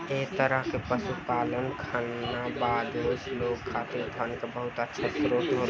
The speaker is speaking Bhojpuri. एह तरह के पशुपालन खानाबदोश लोग खातिर धन के बहुत अच्छा स्रोत होला